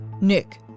Nick